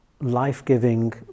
life-giving